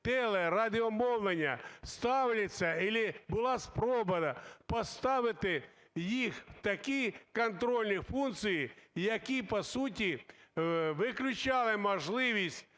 теле-, радіомовлення ставляться, или була спроба поставити їх, в такі контрольні функції, які по суті виключали можливість